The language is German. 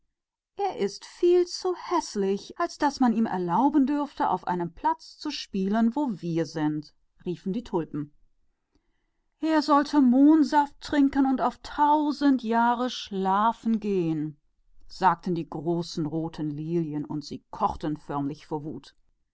er ist wirklich zu häßlich als daß man ihm erlauben konnte irgendwo zu spielen wo wir sind riefen die tulpen er sollte mohnsaft trinken und auf tausend jahre schlafen gehen sagten die großen scharlachlilien und sie